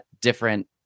different